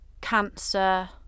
cancer